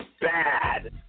bad